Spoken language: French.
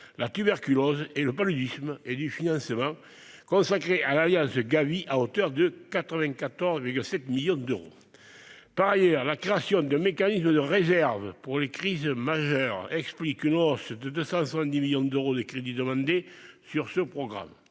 la tuberculose et le paludisme, et du financement consacré à l'alliance Gavi, à hauteur de 94,7 millions d'euros. Par ailleurs, la création d'un mécanisme de réserve pour les crises majeures explique une hausse de 270 millions d'euros des crédits demandés sur ce programme.